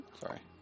Sorry